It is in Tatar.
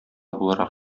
буларак